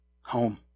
Home